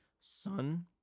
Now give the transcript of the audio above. son